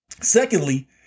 Secondly